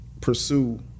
pursue